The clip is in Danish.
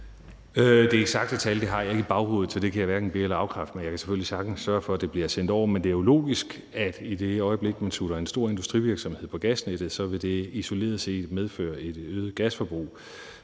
Det eksakte tal har jeg ikke i baghovedet, så det kan jeg hverken be- eller afkræfte, men jeg kan selvfølgelig sagtens sørge for, at det bliver sendt over. Men det er jo logisk, at i det øjeblik man slutter en stor industrivirksomhed på gasnettet, vil det isoleret set medføre et øget gasforbrug.